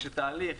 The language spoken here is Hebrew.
כשתהליך